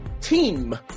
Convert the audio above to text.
team